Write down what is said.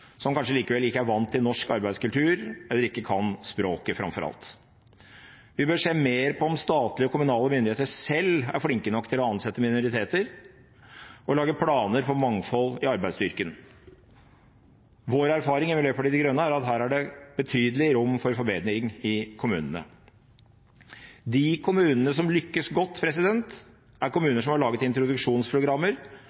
som kanskje likevel ikke er vant til norsk arbeidskultur, eller som framfor alt ikke kan språket. Vi bør se mer på om statlige og kommunale myndigheter selv er flinke nok til å ansette minoriteter og lage planer for mangfold i arbeidsstyrken. Vår erfaring i Miljøpartiet De Grønne er at her er det betydelig rom for forbedring i kommunene. De kommunene som lykkes godt, er kommuner som har laget introduksjonsprogrammer som er